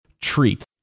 treat